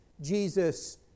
Jesus